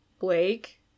Blake